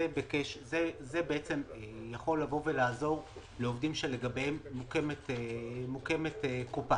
זה יכול לעזור לעובדים שלגביהם מוקמת קופה.